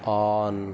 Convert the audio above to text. on